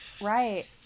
right